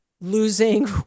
losing